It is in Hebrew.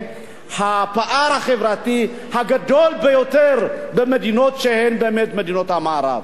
הפער החברתי הגדול ביותר במדינות שהן באמת מדינות המערב.